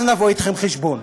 אז נבוא אתכם חשבון.